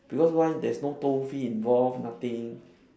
because why there's no toll fee involved nothing